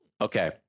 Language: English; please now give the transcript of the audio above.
Okay